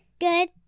Good